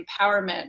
empowerment